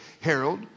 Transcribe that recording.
Harold